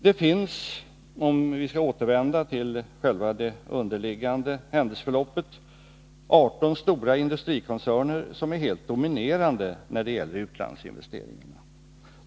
Det finns, om vi skall återvända till själva det bakomliggande händelseförloppet, 18 stora industrikoncerner som är helt dominerande när det gäller Nr 41 utlandsinvesteringarna.